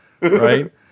Right